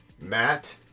Matt